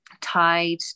tied